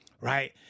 Right